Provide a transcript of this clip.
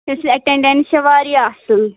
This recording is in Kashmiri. تمۍ سٕنٛز اَٹینڈینس چھ واریاہ اصل